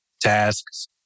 tasks